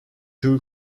two